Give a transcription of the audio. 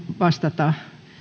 vastata